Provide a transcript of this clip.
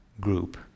group